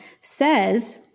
says